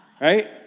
right